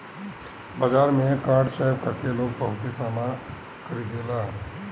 बाजारी में card swipe कर के लोग बहुते सामना खरीदेला